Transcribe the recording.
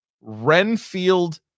Renfield